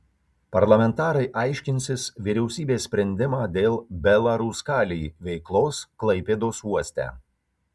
parlamentarai aiškinsis vyriausybės sprendimą dėl belaruskalij veiklos klaipėdos uoste